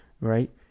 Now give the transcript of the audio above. Right